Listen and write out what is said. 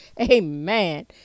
Amen